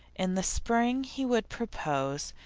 in the spring he would propose,